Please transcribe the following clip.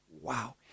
wow